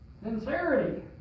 sincerity